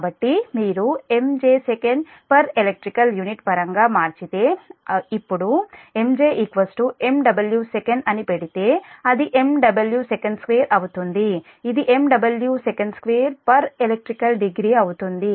కాబట్టి మీరు MJ Sec elect unit పరంగా మార్చితే ఇప్పుడు MJ MW Sec అని పెడితే అది MW sec2 అవుతుంది ఇది MW sec2 elect degree అవుతుంది